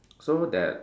so that